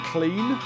Clean